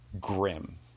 grim